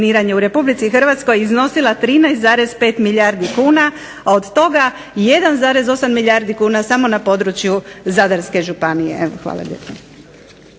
Hvala.